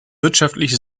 wirtschaftlich